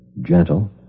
gentle